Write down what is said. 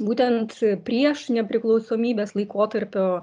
būtent prieš nepriklausomybės laikotarpio